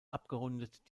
abgerundet